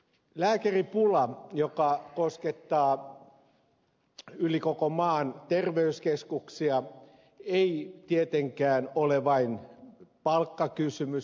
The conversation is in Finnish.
lääkäripula joka koskettaa yli koko maan terveyskeskuksia ei tietenkään ole vain palkkakysymys